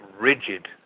rigid